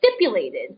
stipulated